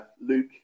Luke